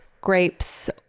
Grapes